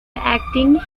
acting